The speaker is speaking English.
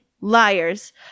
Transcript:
liars